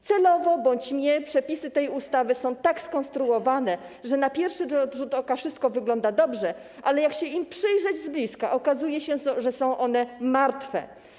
Celowo bądź nie przepisy tej ustawy są tak skonstruowane, że na pierwszy rzut oka wszystko wygląda dobrze, ale jak się im przyjrzeć z bliska, okazuje się, że są one martwe.